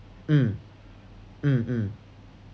mm mm mm